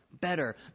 better